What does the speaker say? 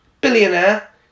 billionaire